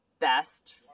best